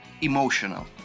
emotional